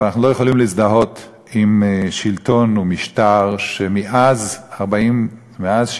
אבל אנחנו לא יכולים להזדהות עם שלטון ומשטר שמאז 1967